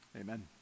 amen